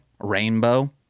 Rainbow